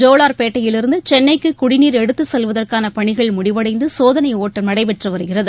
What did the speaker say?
ஜோலார்பேட்டையிலிருந்து சென்னைக்கு குடிநீர் எடுத்து செல்வதற்கான பணிகள் முடிவடைந்து சோதனை ஒட்டம் நடைபெற்று வருகிறது